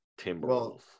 Timberwolves